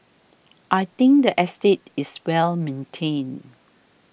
I think the estate is well maintained